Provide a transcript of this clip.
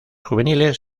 juveniles